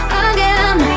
again